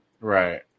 Right